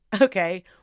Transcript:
Okay